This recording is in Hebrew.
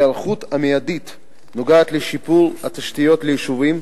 ההיערכות המיידית נוגעת לשיפור התשתיות ליישובים,